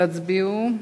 תצביעו.